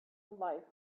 life